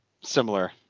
Similar